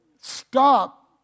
stop